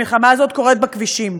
המלחמה שבכבישים.